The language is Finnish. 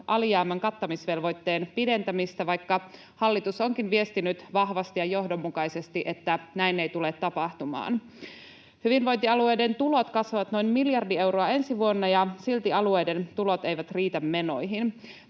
alijäämän kattamisvelvoitteen pidentämistä, vaikka hallitus onkin viestinyt vahvasti ja johdonmukaisesti, että näin ei tule tapahtumaan. Hyvinvointialueiden tulot kasvavat noin miljardi euroa ensi vuonna, ja silti alueiden tulot eivät riitä menoihin.